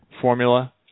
formula